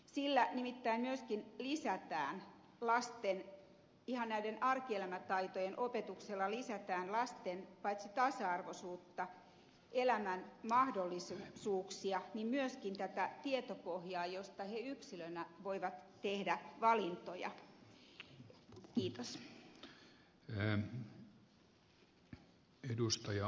sillä ei mittään joskin niissäkään laske ihan näiden arkielämän taitojen opetuksella nimittäin myöskin lisätään paitsi lasten tasa arvoisuutta elämän mahdollisuuksia myöskin tätä tietopohjaa josta he yksilöinä voivat tehdä valintoja